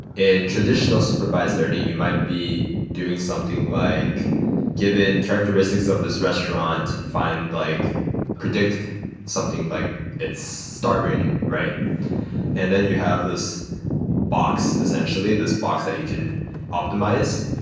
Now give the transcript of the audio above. in traditional supervised learning, you might be doing something like given characteristics of this restaurant, find like predict something like its star rating. and then you have this box, essentially, this box that you can optimize.